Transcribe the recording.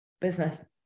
business